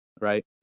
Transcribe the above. right